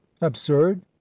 absurd